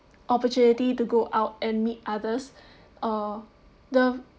opportunity to go out and meet others uh the